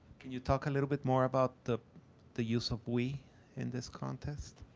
can you talk a little bit more about the the use of we in this context?